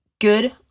good